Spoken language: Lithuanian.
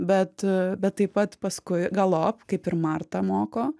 bet bet taip pat paskui galop kaip ir marta moko